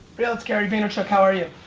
brielle, it's gary vaynerchuk, how are you?